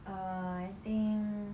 uh I think